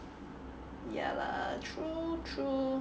ya lah true true